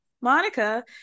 monica